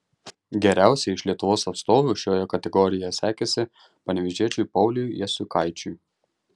geriausiai iš lietuvos atstovų šioje kategorijoje sekėsi panevėžiečiui pauliui jasiukaičiui